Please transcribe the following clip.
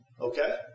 Okay